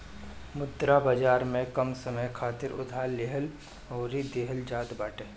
मुद्रा बाजार में कम समय खातिर उधार लेहल अउरी देहल जात बाटे